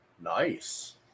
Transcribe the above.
Nice